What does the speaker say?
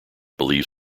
believe